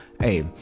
hey